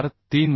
43मि